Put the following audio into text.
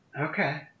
Okay